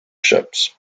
ships